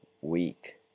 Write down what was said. week